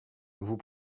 vous